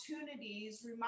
opportunities